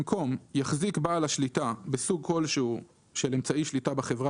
במקום "יחזיק בעל השליטה בסוג כלשהו של אמצעי שליטה בחברה